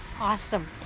Awesome